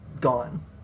gone